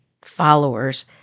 followers